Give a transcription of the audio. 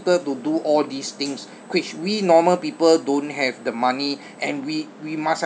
~tal to do all these things which we normal people don't have the money and we we must have